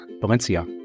Valencia